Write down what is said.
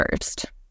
first